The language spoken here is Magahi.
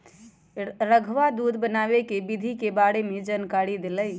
रधवा दूध बनावे के विधि के बारे में जानकारी देलकई